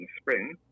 spring